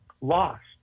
lost